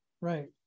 Right